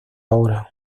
hora